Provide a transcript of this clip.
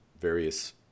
various